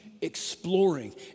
exploring